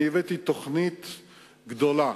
הבאתי תוכנית גדולה,